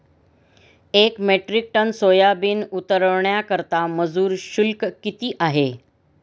एक metric ton soybean उतरवण्याकरता मजूर शुल्क किती आहे?